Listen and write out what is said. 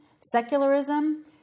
secularism